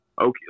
okay